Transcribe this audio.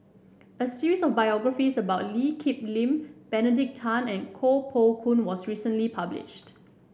a series of biographies about Lee Kip Lin Benedict Tan and Koh Poh Koon was recently published